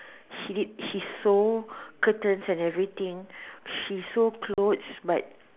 she she so courteous and everything she sold clothes but